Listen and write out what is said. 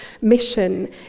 mission